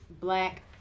black